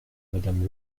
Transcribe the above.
madame